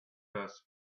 best